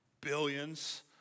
billions